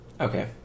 Okay